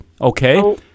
Okay